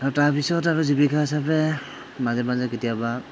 আৰু তাৰপিছত আৰু জীৱিকা হিচাপে মাজে মাজে কেতিয়াবা